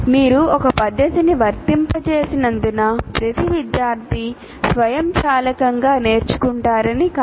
మీరు ఒక పద్ధతిని వర్తింపజేసినందున ప్రతి విద్యార్థి స్వయంచాలకంగా నేర్చుకుంటారని కాదు